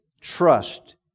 trust